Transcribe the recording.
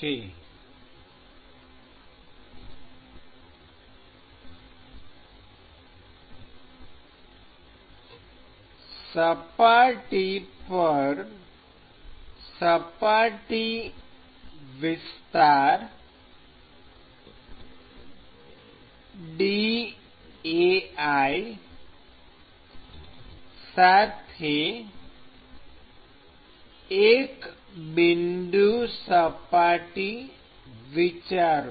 વિકલિત differential સપાટી વિસ્તાર dAi સાથે એક બિંદુ સપાટી વિચારો